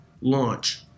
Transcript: launch